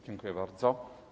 Dziękuję bardzo.